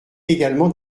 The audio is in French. également